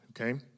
okay